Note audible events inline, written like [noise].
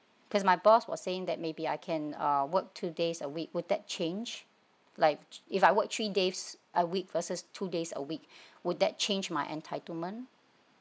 cause my boss was saying that maybe I can uh work two days a week would that change like if I work three days a week versus two days a week [breath] would that change my entitlement